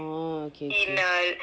orh okay okay